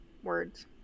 Words